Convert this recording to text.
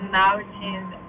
mountains